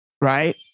Right